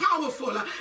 powerful